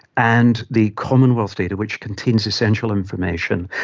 and the commonwealth data which contains essential information,